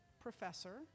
professor